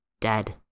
dead